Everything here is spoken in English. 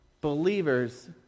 believers